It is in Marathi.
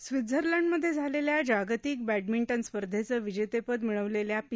स्वित्झर्लंडमध्ये झालेल्या जागतिक बह्निंटन स्पर्धेचं विजेतपद मिळवलेल्या पी